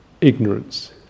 ignorance